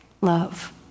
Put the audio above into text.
love